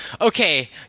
Okay